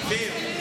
כספים.